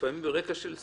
לפעמים ברקע של שמחות,